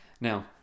Now